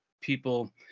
people